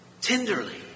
tenderly